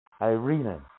Irina